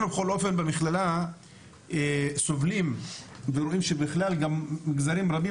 אנחנו בכללה סובלים ורואים שבכלל מגזרים רבים